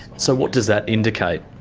so what does that indicate?